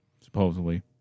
supposedly